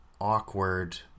awkward